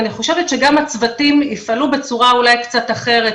אני חושבת שגם הצוותים יפעלו בצורה קצת אחרת,